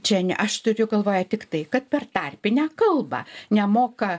čia ne aš turiu galvoje tik tai kad per tarpinę kalbą nemoka